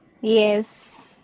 yes